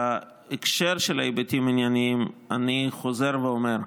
בהקשר של ההיבטים הענייניים, אני חוזר ואומר: